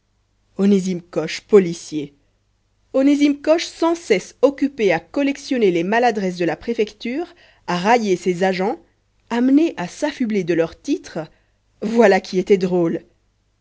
onésime coche policier onésime coche sans cesse occupé à collectionner les maladresses de la préfecture à railler ses agents amené à s'affubler de leur titre voilà qui était drôle